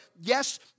Yes